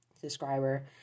subscriber